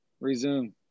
resume